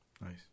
nice